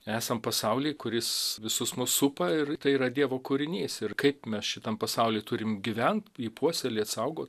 esam pasauly kuris visus mus supa ir tai yra dievo kūrinys ir kaip mes šitam pasauly turim gyvent jį puoselėt saugot